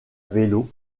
vélo